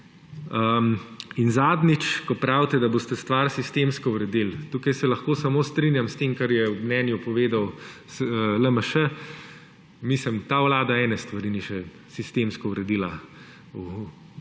In zadnjič, ko pravite, da boste stvar sistemsko uredili, tukaj se lahko samo strinjam s tem, kar je v mnenju povedal LMŠ. Mislim, ta vlada ene stvari ni še sistemsko uredila